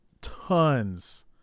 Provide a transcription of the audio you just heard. tons